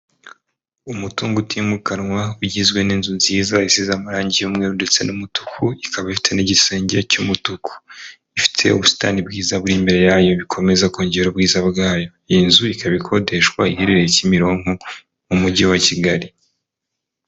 Umutungo utimukanwa ugizwe n'inzu nziza isize amarangi y'umweru ndetse n'umutuku, ikaba ifite n'igisenge cy'umutuku, ifite ubusitani bwiza buri imbere yayo bikomeza kongera ubwiza bwayo, iyi nzu ikaba ikodeshwa, iherereye Kimironko mu Mujyi wa Kigali.